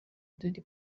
دادی